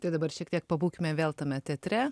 tai dabar šiek tiek pabūkime vėl tame teatre